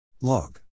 Log